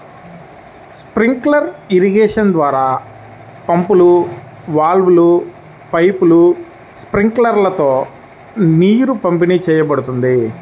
sprinkler irrigation ద్వారా పంపులు, వాల్వ్లు, పైపులు, స్ప్రింక్లర్లతో నీరు పంపిణీ చేయబడుతుంది